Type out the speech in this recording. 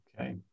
Okay